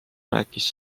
rääkis